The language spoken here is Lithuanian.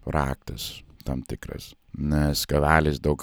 raktas tam tikras nes gavelis daug